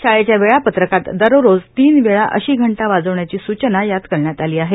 शाळेच्या वेळापत्रकात दररोज तीन वेळा अशी घंटा वाजवण्याची सुचना यात करण्यात आली आहे